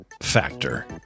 Factor